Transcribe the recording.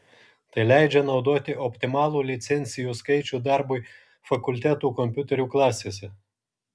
tai leidžia naudoti optimalų licencijų skaičių darbui fakultetų kompiuterių klasėse